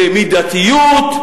במידתיות,